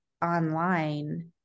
online